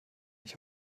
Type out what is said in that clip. mich